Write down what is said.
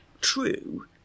true